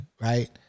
right